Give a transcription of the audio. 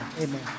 Amen